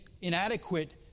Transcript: inadequate